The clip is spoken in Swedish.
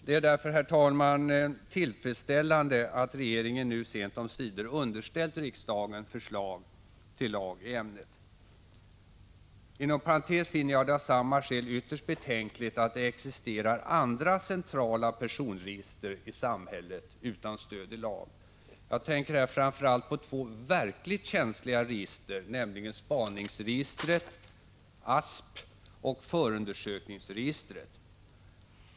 Det är därför, herr talman, tillfredsställande att regeringen nu sent omsider har underställt riksdagen förslag till lag i ämnet. Inom parentes finner jag det av samma skäl ytterst betänkligt att det existerar andra centrala personregister i samhället utan stöd i lag. Jag tänker här framför allt på två verkligt känsliga register, nämligen spaningsregistret, ASP, och förundersökningsregistret.